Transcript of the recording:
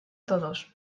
todos